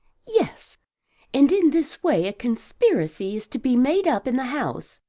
yes and in this way a conspiracy is to be made up in the house!